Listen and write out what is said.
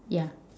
yeah